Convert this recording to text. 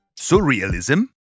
Surrealism